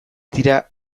dira